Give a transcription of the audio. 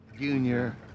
Junior